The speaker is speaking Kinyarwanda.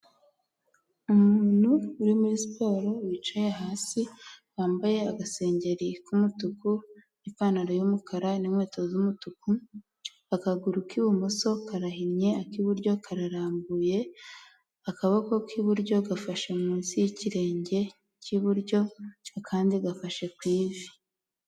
Umuntu uri muri siporo wicaye hasi wambaye agasengeri k'umutuku, ipantaro y'umukara n'inkweto z'umutuku, akaguru k'ibumoso karahinnye ak'iburyo kararambuye, akaboko k'iburyo gafashe munsi y'ikirenge cy'iburyo, akandi gafashe ku ivi.